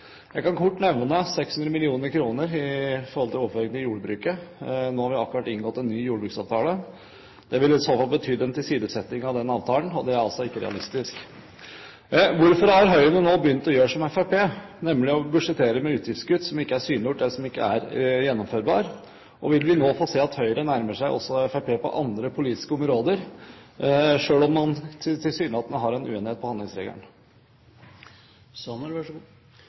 Jeg kan kort nevne en reduksjon på 600 mill. kr i overføringer til jordbruket. Nå har det akkurat blitt inngått en ny jordbruksavtale. Det ville i så fall bety en tilsidesetting av den avtalen, og det er ikke realistisk. Hvorfor har Høyre nå begynt å gjøre som Fremskrittspartiet, nemlig å budsjettere med utgiftskutt som ikke er synliggjort, eller som ikke er gjennomførbare? Vil vi nå få se at Høyre nærmer seg Fremskrittspartiet også på andre politiske områder, selv om man tilsynelatende er uenig om handlingsregelen? Jeg tror representanten Thomas Breen og Arbeiderpartiet skal få en tung jobb hvis man